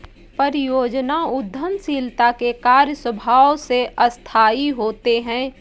परियोजना उद्यमशीलता के कार्य स्वभाव से अस्थायी होते हैं